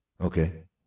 okay